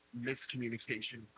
miscommunication